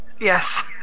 Yes